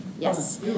Yes